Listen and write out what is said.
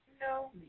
No